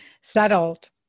settled